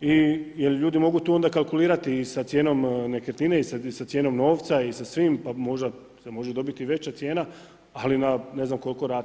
i jel ljudi mogu tu onda kalkulirati i sa cijenom nekretnine i sa cijenom novca i sa svim, pa možda se može dobiti veća cijena, ali na ne znam koliko rata.